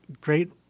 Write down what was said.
Great